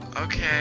okay